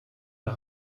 der